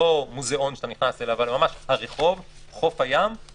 זו לכאורה חובה מינהלית מובנת מאליה,